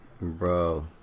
bro